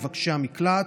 מבקשי המקלט,